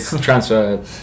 transfer